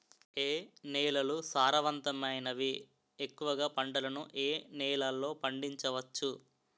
ఏ నేలలు సారవంతమైనవి? ఎక్కువ గా పంటలను ఏ నేలల్లో పండించ వచ్చు?